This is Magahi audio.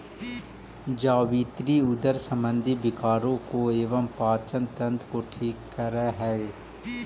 जावित्री उदर संबंधी विकारों को एवं पाचन तंत्र को ठीक करअ हई